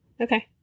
Okay